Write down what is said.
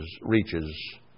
reaches